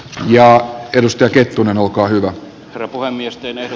jaottelusta kettunen olkaa hyvä rapua miesten että